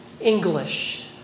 English